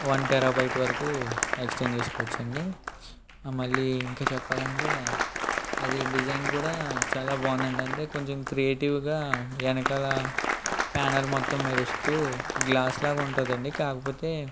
one terabyte వరకు extend చేసుకోవచ్చు అండి మళ్ళీ ఇంకా చెప్పాలి అంటే అది డిజైన్ కూడా చాలా బాగుంది అండి అంటే కొంచెం క్రియేటివ్గా వెనకాల ప్యానల్ మొత్తం మెరుస్తూ గ్లాస్ లాగా ఉంటుంది అండి కాకపోతే